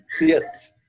yes